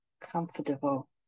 comfortable